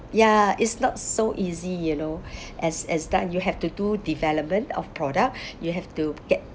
ya it's not so easy you know as as that you have to do development of product you have to get